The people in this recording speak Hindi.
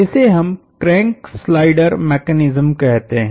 इसे हम क्रैंक स्लाइडर मैकेनिस्म कहते है